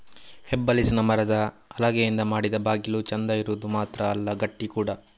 ಹೆಬ್ಬಲಸಿನ ಮರದ ಹಲಗೆಯಿಂದ ಮಾಡಿದ ಬಾಗಿಲು ಚಂದ ಇರುದು ಮಾತ್ರ ಅಲ್ಲ ಗಟ್ಟಿ ಕೂಡಾ